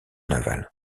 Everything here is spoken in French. navale